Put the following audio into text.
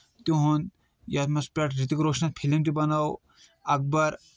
تِہُنٛد یَتھ منٛز پٮ۪ٹھ ریتِک روشنن فِلم تہِ بَنٲو اَکبر